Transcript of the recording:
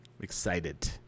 excited